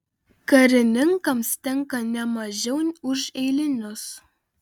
karininkams tenka ne mažiau už eilinius